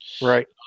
Right